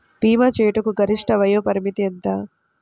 భీమా చేయుటకు గరిష్ట వయోపరిమితి ఎంత?